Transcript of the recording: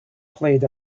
played